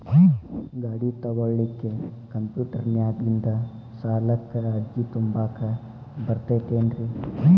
ಗಾಡಿ ತೊಗೋಳಿಕ್ಕೆ ಕಂಪ್ಯೂಟೆರ್ನ್ಯಾಗಿಂದ ಸಾಲಕ್ಕ್ ಅರ್ಜಿ ತುಂಬಾಕ ಬರತೈತೇನ್ರೇ?